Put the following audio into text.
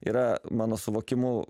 yra mano suvokimu